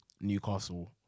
Newcastle